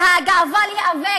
זה הגאווה להיאבק,